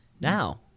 Now